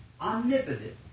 omnipotent